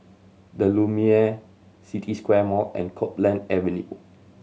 The Lumiere City Square Mall and Copeland Avenue